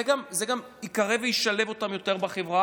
זה גם יקרב אותם וישלב אותם יותר בחברה.